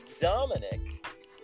Dominic